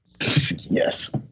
Yes